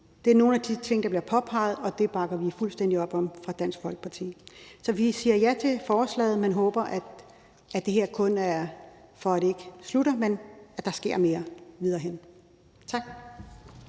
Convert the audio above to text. Det er nogle af de ting, der bliver påpeget, og det bakker vi fuldstændig op om i Dansk Folkeparti. Så vi siger ja til forslaget; vi håber, at det ikke slutter her, men at der sker mere senere hen. Tak.